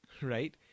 Right